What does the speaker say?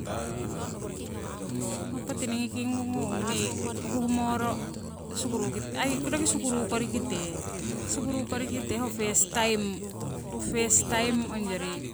ho poti ningi kingungung nii huhmoro sukuruki aii roki sukuru kori kite, sukuru kori kite ho first taim, first taim ongyori